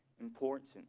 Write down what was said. important